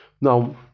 Now